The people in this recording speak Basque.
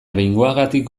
behingoagatik